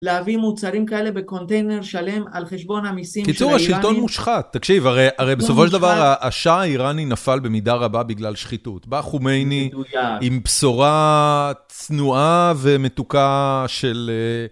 להביא מוצרים כאלה בקונטיינר שלם על חשבון המיסים של האיראנים. בקיצור, השלטון מושחת. תקשיב, הרי בסופו של דבר השאה האיראני נפל במידה רבה בגלל שחיתות. בא חומיני עם בשורה צנועה ומתוקה של...